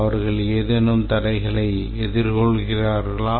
அவர்கள் ஏதேனும் தடைகளை எதிர்கொள்கிறார்களா